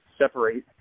separate